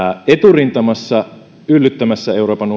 eturintamassa yllyttämässä euroopan